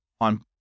on